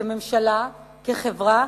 כממשלה, כחברה,